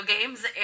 games